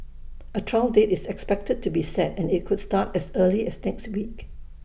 A trial date is expected to be set and IT could start as early as next week